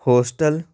hostel